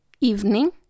evening